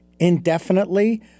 indefinitely